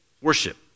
worship